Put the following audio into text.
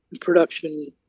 production